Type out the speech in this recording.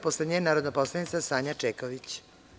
Posle nje narodna poslanica Sanja Čeković.